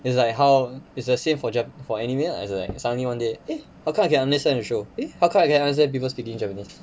it's like how it's the same for jap for anime lah is like suddenly one day eh how come I can understand the show eh how come I can understand people speaking japanese